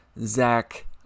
Zach